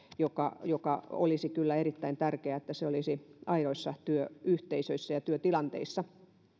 että olisi kyllä erittäin tärkeää että se olisi aidoissa työyhteisöissä ja työtilanteissa